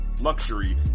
Luxury